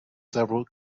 several